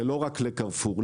לא רק לקרפור,